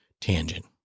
tangent